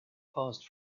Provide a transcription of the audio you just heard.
paused